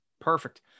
Perfect